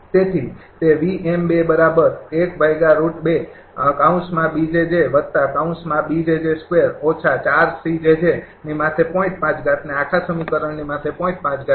તેથી તે છે